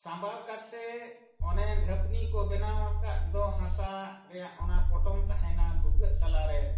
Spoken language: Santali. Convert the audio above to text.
ᱥᱟᱢᱵᱟᱣ ᱠᱟᱛᱮᱫ ᱚᱱᱮ ᱰᱷᱟᱯᱱᱤ ᱠᱚ ᱵᱮᱱᱟᱣ ᱟᱠᱟᱫ ᱫᱚ ᱦᱟᱥᱟ ᱨᱮᱱᱟᱜ ᱚᱱᱟ ᱯᱚᱴᱚᱢ ᱛᱟᱦᱮᱱᱟ ᱵᱷᱩᱜᱟᱹᱜ ᱛᱟᱞᱟ ᱨᱮ